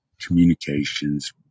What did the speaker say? communications